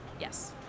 Yes